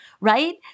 right